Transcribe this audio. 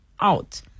out